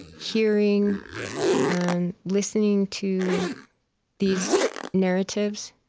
hearing and listening to these narratives,